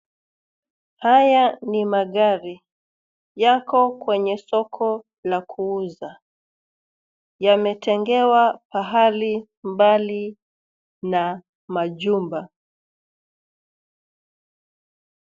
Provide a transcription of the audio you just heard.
Haya ni magari. Yako kwenye soko na kuuza. Yametengewa pahali mbali na majumba.